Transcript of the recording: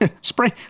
Spray